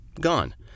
Gone